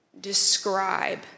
describe